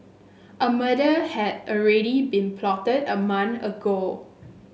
a murder had already been plotted a month ago